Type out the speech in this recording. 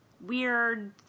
weird